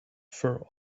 for